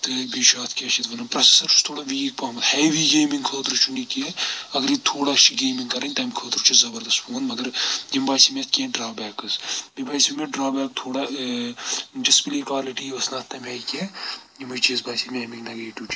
تہٕ بیٚیہِ چھُ اَتھ کیاہ چھِ یَتھ وَنان پرویسَر چھُس تھوڑا ویٖک پَہمَتھ ہیوی گیمِنٛگ خٲطرٕ چھُنہٕ یہِ کینٛہہ اگر یہِ تھوڑا چھِ گیمِنٛگ کَرٕنۍ تَمہِ خٲطرٕ چھُ زبردست فون مگر یِم باسے مےٚ اتھ کینٛہہ ڈرابیکٕس بیٚیہِ باسیٚو مےٚ ڈرابیک تھوڑا ڈِسپٕلے کالٹی ٲس نہٕ اَتھ تَمہِ آیہِ کینٛہہ یِمے چیٖز باسے مےٚ اَمِچ نگیٹِو چھِ